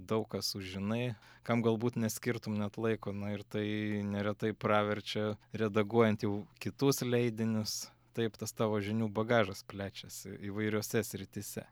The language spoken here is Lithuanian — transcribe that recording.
daug ką sužinai kam galbūt neskirtum net laiko na ir tai neretai praverčia redaguojant jau kitus leidinius taip tas tavo žinių bagažas plečiasi įvairiose srityse